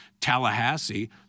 Tallahassee